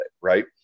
Right